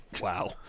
wow